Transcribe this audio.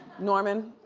norman?